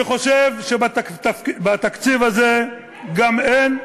אני חושב שבתקציב הזה גם אין,